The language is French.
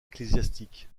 ecclésiastiques